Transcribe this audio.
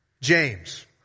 James